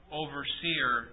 overseer